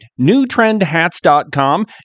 newtrendhats.com